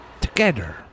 Together